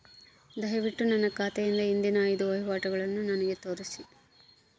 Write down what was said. ದಯವಿಟ್ಟು ನನ್ನ ಖಾತೆಯಿಂದ ಹಿಂದಿನ ಐದು ವಹಿವಾಟುಗಳನ್ನು ನನಗೆ ತೋರಿಸಿ